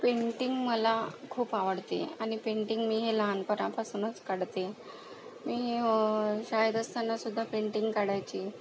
painting मला खूप आवडते आणि पेंटिंग मी हे लहानपणापासूनच काढते मी शाळेत असताना सुद्धा पेंटिंग काढायची